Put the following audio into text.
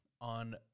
On